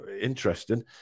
interesting